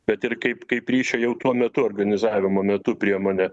bet ir kaip kaip ryšio jau tuo metu organizavimo metu priemonė